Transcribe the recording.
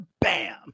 bam